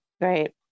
Right